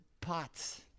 pots